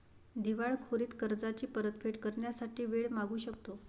दिवाळखोरीत कर्जाची परतफेड करण्यासाठी वेळ मागू शकतो